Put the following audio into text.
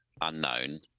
unknown